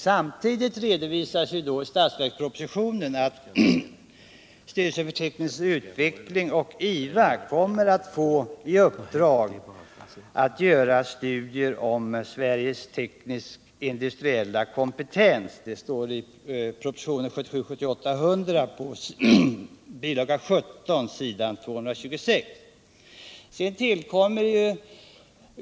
Samtidigt redovisas i statsverkspropositionen att styrelsen för teknisk utveckling och IVA kommer att få i uppdrag att göra studier om Sveriges tekniskt industriella kompetens, vilket står angivet i proposition 1977/78:100, bilaga 17, s. 226.